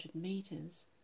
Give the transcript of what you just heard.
meters